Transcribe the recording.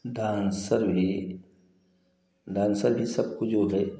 dancer भी dancer भी सब कुछ होता है